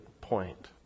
point